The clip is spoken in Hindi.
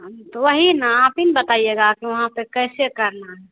तो वही ना आप ही न बताइएगा की वहाँ पर कैसे करना है